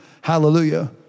Hallelujah